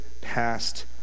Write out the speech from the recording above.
past